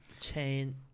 Chain